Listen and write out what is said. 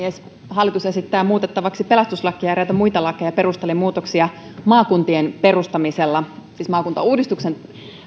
hallitus esittää muutettavaksi pelastuslakia ja näitä muita lakeja perustellen muutoksia maakuntien perustamisella siis maakuntauudistuksen